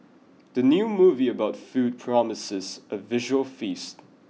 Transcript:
the new movie about food promises a visual feast